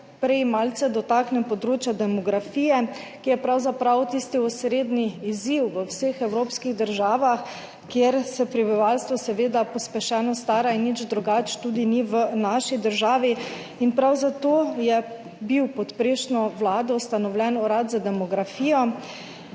najprej malce dotaknem področja demografije, ki je pravzaprav tisti osrednji izziv v vseh evropskih državah, ker se prebivalstvo seveda pospešeno stara in nič drugače ni tudi v naši državi in prav zato je bil pod prejšnjo vlado ustanovljen Urad za demografijo,